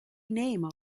name